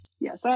Yes